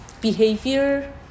behavior